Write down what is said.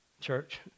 church